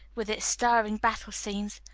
with its stirring battle-scenes!